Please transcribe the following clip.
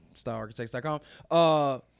StyleArchitects.com